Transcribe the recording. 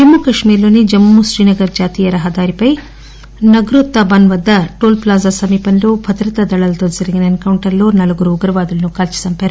జమ్మూ కశ్మీర్లోని జమ్మూశ్రీనగర్ జాతీయ రహదారిపైన నగ్రోతా వద్ద toll plaza సమీపంలో భద్రతా దళాలతో జరిగిన ఎస్ కౌంటర్ లో నలుగురు ఉగ్రవాదులను కాల్చిచంపారు